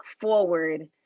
forward